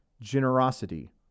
generosity